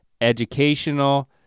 educational